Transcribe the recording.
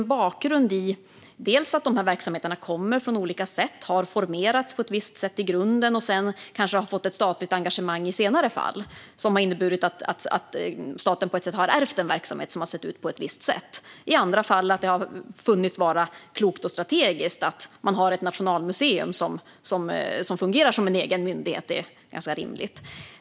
Bakgrunden till detta är att dessa verksamheter kommer från olika håll. De har formerats på ett visst sätt i grunden och har kanske senare fått ett statligt engagemang. Det kan ha inneburit att staten på ett sätt har ärvt en verksamhet som har sett ut på ett visst sätt. I andra fall har man funnit att det har varit klokt och strategiskt att man till exempel har ett nationalmuseum som fungerar som en egen myndighet.